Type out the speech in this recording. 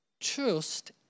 trust